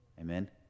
Amen